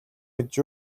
гэж